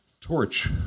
torch